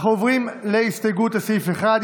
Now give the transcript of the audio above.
אנחנו עוברים להסתייגות לסעיף 1,